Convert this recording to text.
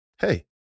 hey